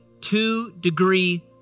two-degree